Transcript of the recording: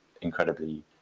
incredibly